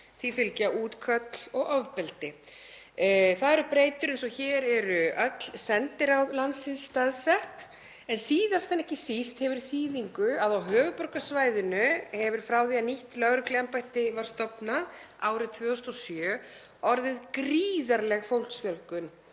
því fylgja útköll og ofbeldi. Það eru breytur eins og þær að hér eru öll sendiráð landsins staðsett en síðast en ekki síst hefur þýðingu að á höfuðborgarsvæðinu hefur frá því að nýtt lögregluembætti var stofnað árið 2007 orðið gríðarleg fólksfjölgun